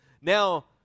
now